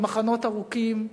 במחנות ארורים,